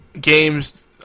games